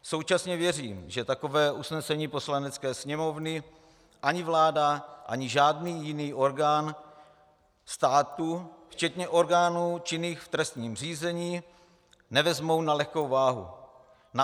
Současně věřím, že takové usnesení Poslanecké sněmovny ani vláda ani žádný jiný orgán státu, včetně orgánů činných v trestním řízení, nevezmou na lehkou váhu.